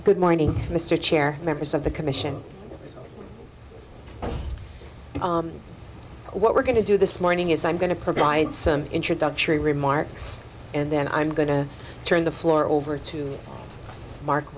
good morning mr chair members of the commission and what we're going to do this morning is i'm going to provide some introductory remarks and then i'm going to turn the floor over to mark